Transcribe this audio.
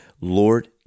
Lord